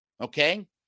Okay